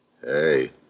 Hey